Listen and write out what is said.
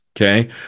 okay